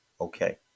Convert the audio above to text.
okay